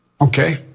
okay